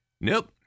Nope